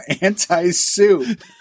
anti-soup